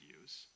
use